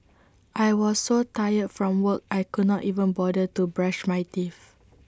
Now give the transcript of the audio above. I was so tired from work I could not even bother to brush my teeth